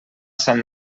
sant